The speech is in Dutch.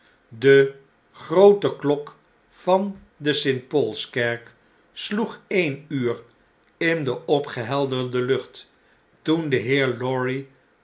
de groote klok van de st paulskerk sloeg een uur in de opgehelderde lucht toen de heer lorry